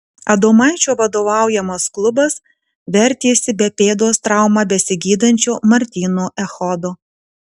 adomaičio vadovaujamas klubas vertėsi be pėdos traumą besigydančio martyno echodo